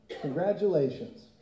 Congratulations